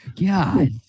God